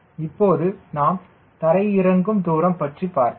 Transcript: இப்போது நாம் தரையிறங்கும் தூரம் பற்றி பார்ப்போம்